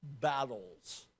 battles